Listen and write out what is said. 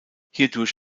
hierdurch